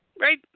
right